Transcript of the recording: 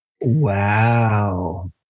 Wow